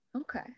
okay